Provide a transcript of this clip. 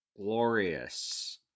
Glorious